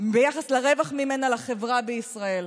ממנה לחברה בישראל.